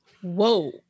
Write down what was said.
whoa